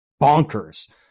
bonkers